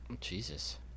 Jesus